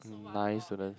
nine students